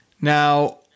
Now